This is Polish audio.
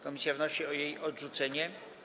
Komisja wnosi o jej odrzucenie.